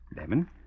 Lemon